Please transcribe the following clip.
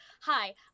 Hi